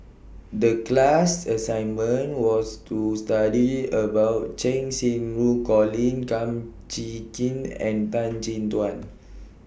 The class assignment was to study about Cheng Xinru Colin Kum Chee Kin and Tan Chin Tuan